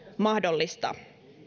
mahdollista